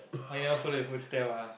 oh he want follow your footstep ah